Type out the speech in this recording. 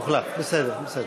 הוחלף, בסדר.